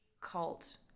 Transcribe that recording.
cult